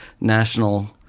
national